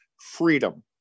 freedom